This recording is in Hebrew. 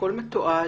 הכול מתועד,